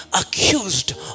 accused